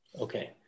Okay